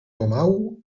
pomału